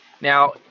Now